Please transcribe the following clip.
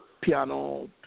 piano